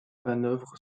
hanovre